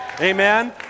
Amen